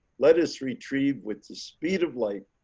let us retrieve with the speed of light,